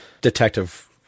detective